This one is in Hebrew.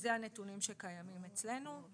אלה הנתונים שקיימים אצלנו.